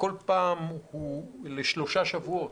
כל פעם הוא לשלושה שבועות.